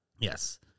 Yes